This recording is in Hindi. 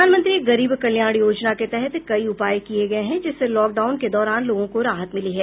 प्रधानमंत्री गरीब कल्याण योजना के तहत कई उपाय किये गये हैं जिससे लॉक डाउन के दौरान लोगों को राहत मिली है